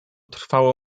trwało